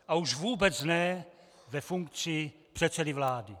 A už vůbec ne ve funkci předsedy vlády!